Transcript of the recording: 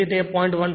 તેથી તે 0